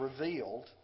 revealed